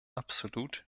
absolut